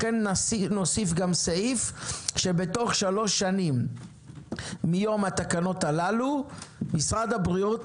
לכן נוסיף סעיף שבתוך שלוש שנים מיום התקנות הללו משרד הבריאות